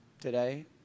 today